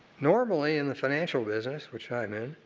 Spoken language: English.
normally in the financial business, which i'm in,